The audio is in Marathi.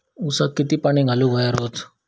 ऊसाक किती पाणी घालूक व्हया रोज?